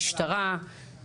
משטרה,